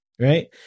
Right